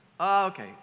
okay